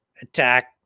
attack